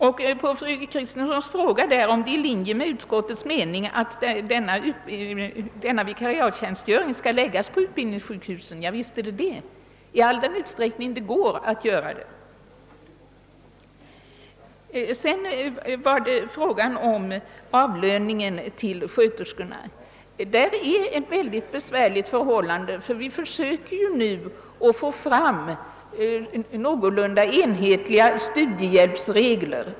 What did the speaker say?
Fru Kristensson frågade om det är i enlighet med utskottets mening, att den na vikariatstjänstgöring skall förläggas till utbildningssjukhusen. Ja, visst är det så! Det skall ske i all den utsträckning det är möjligt. Frågan om avlöningen till sköterskorna är mycket besvärlig. Vi försöker nu få fram någorlunda enhetliga studiehjälpsregler.